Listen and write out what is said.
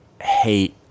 hate